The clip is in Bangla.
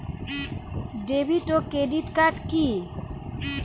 ডেভিড ও ক্রেডিট কার্ড কি?